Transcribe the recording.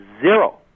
zero